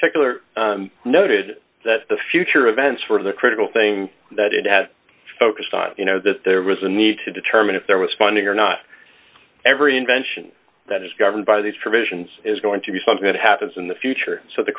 particular noted that the future events were the critical thing that it had focused on you know that there was a need to determine if there was funding or not every invention that is governed by these provisions is going to be something that happens in the future so the